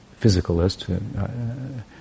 physicalist